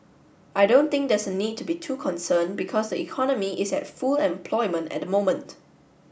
I don't think there's a need to be too concerned because the economy is at full employment at the moment